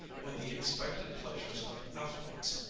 when the expected pleasures of affluence,